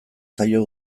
zaio